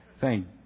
Thank